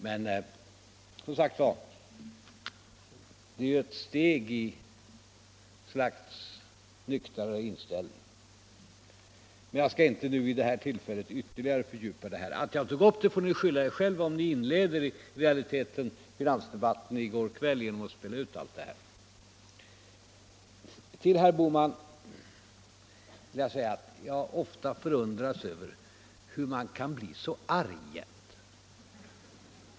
Men detta är som sagt ett steg mot en nyktrare inställning. Jag skall inte nu ytterligare fördjupa mig i detta. Ni får skylla er själva för att jag tog upp det. Ni inledde i realiteten finansdebatten i går genom att spela ut allt detta. Till herr Bohman vill jag säga att jag ofta har förundrats över hur man kan bli så arg.